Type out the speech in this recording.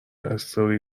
استوری